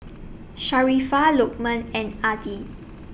Sharifah Lokman and Adi